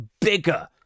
bigger